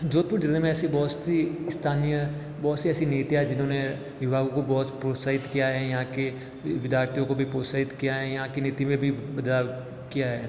जोधपुर जिले में ऐसी बहुत सी स्थानीय बहुत सी ऐसी नीतियाँ जिन्होंने युवाओं को बहुत प्रोत्साहित किया है यहाँ के विद्यार्थियों को भी प्रोत्साहित किया है यहाँ की नीति में भी बदलाव किया है